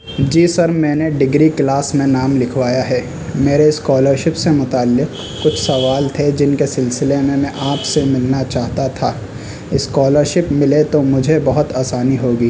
جی sir میں نے degree class میں نام لکھوایا ہے میرے اسکالرشپ سے متعلق کچھ سوال تھے جن کے سلسلے میں میں آپ سے ملنا چاہتا تھا اسکالرشپ ملے تو مجھے بہت آسانی ہوگی